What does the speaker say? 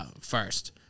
First